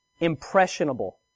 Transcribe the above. impressionable